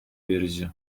verici